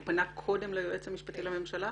הוא פנה קודם ליועץ המשפטי לממשלה?